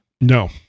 No